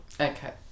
Okay